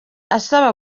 asaba